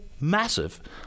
massive